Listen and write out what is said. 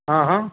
ہاں ہاں